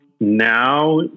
now